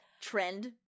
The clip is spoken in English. trend